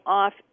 off